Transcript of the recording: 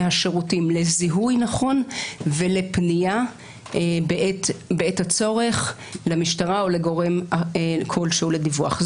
השירותים לזיהוי נכון ולפנייה בעת הצורך למשטרה או לגורן כלשהו לדיווח.